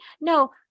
No